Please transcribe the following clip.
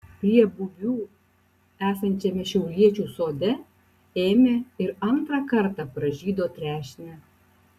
prie bubių esančiame šiauliečių sode ėmė ir antrą kartą pražydo trešnė